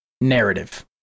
narrative